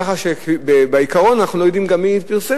כך שבעיקרון אנחנו גם לא יודעים מי פרסם,